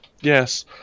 Yes